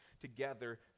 together